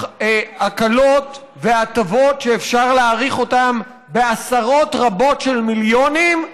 הקלות והטבות שאפשר להעריך אותן בעשרות רבות של מיליונים,